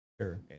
Sure